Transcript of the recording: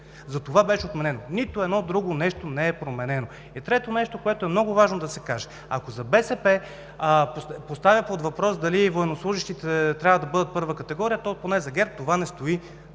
Затова беше отменено. Нито едно друго нещо не е променено. Трето, което е много важно да се каже, ако БСП поставя под въпрос дали военнослужещите трябва да бъдат първа категория, то поне за ГЕРБ това не стои